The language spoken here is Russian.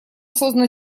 создана